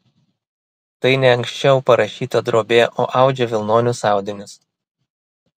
tai ne anksčiau parašyta drobė o audžia vilnonius audinius